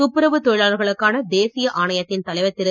துப்புரவுத் தொழலாளர்களக்கான தேசிய ஆணையத்தின் தலைவர் திரு